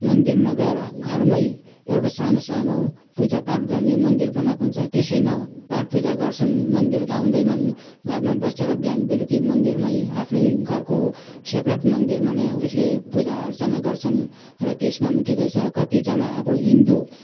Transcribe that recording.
मन्दिर नगएर घरमै एउटा सानो सानो पूजा पाठ गर्ने मन्दिर बनाएको हुन्छ त्यसैमा पाठ पूजा गर्छन् मन्दिर धाउँदैनन् घरमै बसेर बिहान बेलुकी मन्दिरमै आफ्नै घरको सेप्रेट मन्दिरमा नै उसले पूजा अर्चना गर्छन् र त्यसमा ठिकै छ कतिजना अब हिन्दू